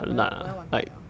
我要我要完蛋 liao